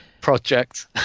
project